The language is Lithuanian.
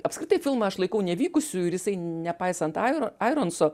apskritai filmą aš laikau nevykusiu ir jisai nepaisant airo aironso